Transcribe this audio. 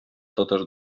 totes